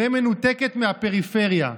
מנותקת מהפריפריה,